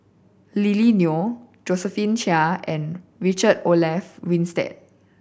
Lily Neo Josephine Chia and Richard Olaf Winstedt